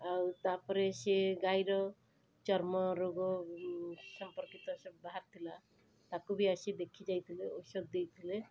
ଆଉ ତା'ପରେ ସିଏ ଗାଈର ଚର୍ମରୋଗ ସମ୍ପର୍କିତ ସବୁ ବାହାରିଥିଲା ତାକୁ ବି ଆସି ଦେଖି ଯାଇଥିଲେ ଔଷଧ ଦେଇଥିଲେ